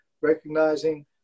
recognizing